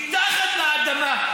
מתחת לאדמה.